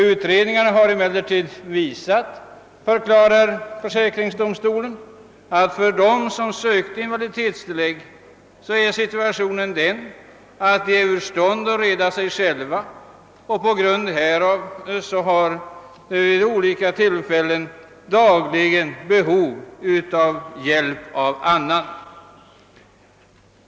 Utredningarna har emellertid visat, förklarar försäkringsdomstolen, att dessa ungdomar är ur stånd att reda sig själva, och på grund härav har de dagligen behov av hjälp av annan person.